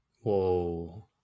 Whoa